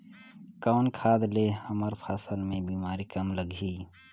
कौन खाद ले हमर फसल मे बीमारी कम लगही?